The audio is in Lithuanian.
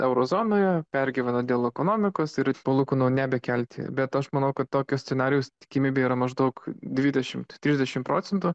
euro zonoje pergyvena dėl ekonomikos ir palūkanų nebekelti bet aš manau kad tokio scenarijaus tikimybė yra maždaug dvidešimt trisdešimt procentų